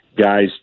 guys